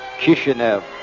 Kishinev